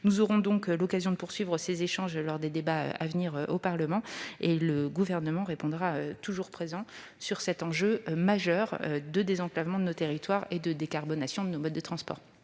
Nous aurons donc l'occasion de poursuivre ces échanges lors des débats à venir au Parlement, et le Gouvernement répondra toujours présent s'agissant de cet enjeu majeur de désenclavement de nos territoires et de décarbonation de nos modes de transport.